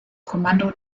kommando